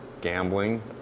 gambling